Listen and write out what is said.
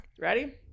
Ready